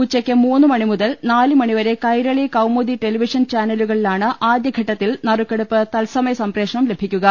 ഉച്ചയ്ക്ക് മൂന്ന് മണി മുതൽ നാലു മണി വരെ കൈരളി കൌമുദി ടെലിവിഷൻ ചാനലു കളിലാണ് ആദൃഘട്ടത്തിൽ നറുക്കെടുപ്പ് തത്സമയ സംപ്രേഷണം ലഭിക്കുക